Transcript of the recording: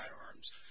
firearms